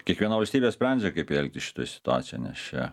kiekviena valstybė sprendžia kaip jai elgtis šitoj situacijoj nes čia